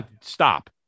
Stop